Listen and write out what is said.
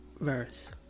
verse